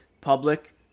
public